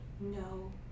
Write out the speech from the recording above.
no